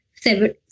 seven